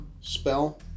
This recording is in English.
spell